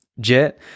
Jet